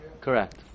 Correct